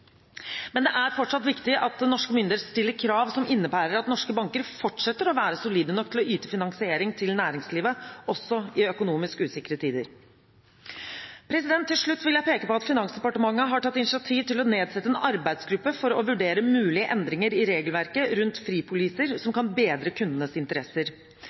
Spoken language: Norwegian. Men det er fortsatt viktig at norske myndigheter stiller krav som innebærer at norske banker fortsetter å være solide nok til å yte finansiering til næringslivet også i økonomisk usikre tider. Til slutt vil jeg peke på at Finansdepartementet har tatt initiativ til å nedsette en arbeidsgruppe for å vurdere mulige endringer i regelverket rundt fripoliser, som kan bedre kundenes interesser.